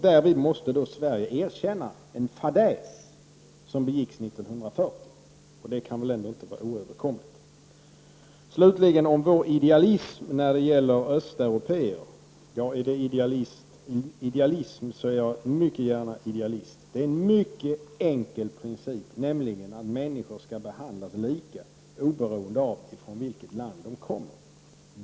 Därvid måste då Sverige erkänna en fadäs som begicks 1940, och det kan väl ändå inte vara oöverkomligt. Slutligen om vår idealism när det gäller östeuropéer: Är det idealism, så är jag mycket gärna idealist. Det är en mycket enkel princip, nämligen att människor skall behandlas lika oberoende av från vilket land de kommer.